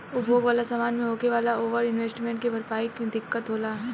उपभोग वाला समान मे होखे वाला ओवर इन्वेस्टमेंट के भरपाई मे दिक्कत होला